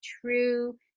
true